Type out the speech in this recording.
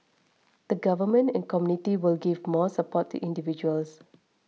the government and community will give more support to individuals